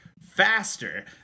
faster